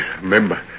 remember